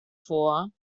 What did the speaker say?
vor